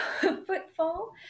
footfall